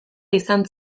izan